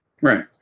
Right